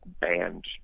banned